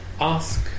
ask